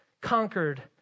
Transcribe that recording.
conquered